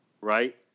right